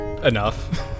Enough